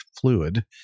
fluid